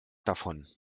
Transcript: davon